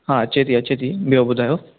हा अचे थी अचे थी ॿियो ॿुधायो